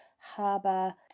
harbour